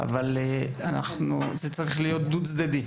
אבל זה צריך להיות דו-צדדי,